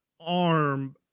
arm